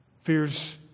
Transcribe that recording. Fears